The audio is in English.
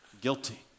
guilty